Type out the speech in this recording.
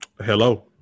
Hello